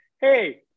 Hey